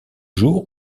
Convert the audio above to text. jour